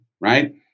right